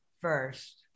first